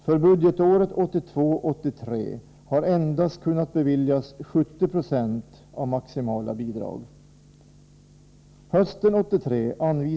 För budgetåret 1982/83 har endast kunnat beviljas 70 70 av maximala bidrag.